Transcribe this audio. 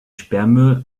sperrmüll